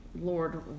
Lord